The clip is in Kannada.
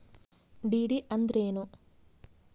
ಡಿ.ಡಿ ಅಂದ್ರೇನು?